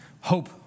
hope